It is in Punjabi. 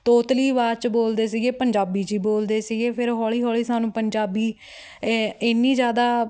ਤੋਤਲੀ ਅਵਾਜ਼ 'ਚ ਬੋਲਦੇ ਸੀਗੇ ਪੰਜਾਬੀ 'ਚ ਹੀ ਬੋਲਦੇ ਸੀਗੇ ਫਿਰ ਹੌਲੀ ਹੌਲੀ ਸਾਨੂੰ ਪੰਜਾਬੀ ਐਨੀ ਜ਼ਿਆਦਾ